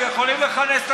אנחנו לא מסכימים.